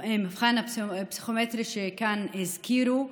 המבחן הפסיכומטרי, שהזכירו כאן,